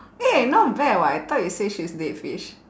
eh not bad [what] I thought you say she's dead fish